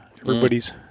Everybody's